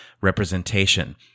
representation